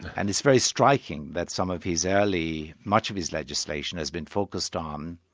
and it's very striking that some of his early. much of his legislation, has been focused um